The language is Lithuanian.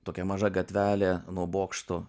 tokia maža gatvelė nuo bokšto